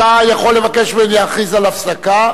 אתה יכול לבקש ממני להכריז על הפסקה,